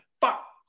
Fuck